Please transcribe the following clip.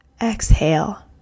Exhale